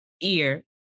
ear